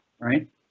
right